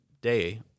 day